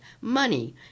money